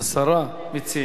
הצעות לסדר-היום מס'